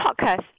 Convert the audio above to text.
podcast